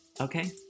Okay